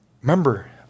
remember